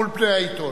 מול פני העיתון.